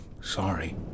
sorry